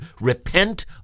repent